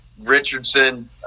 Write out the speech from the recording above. Richardson